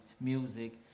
music